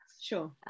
Sure